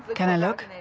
can i look?